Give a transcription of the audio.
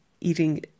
eating